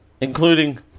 including